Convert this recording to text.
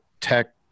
tech